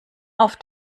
auf